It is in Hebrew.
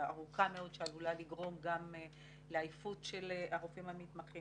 ארוכה מאוד שעלולה לגרום גם לעייפות של הרופאים המתמחים,